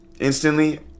instantly